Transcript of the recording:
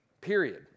period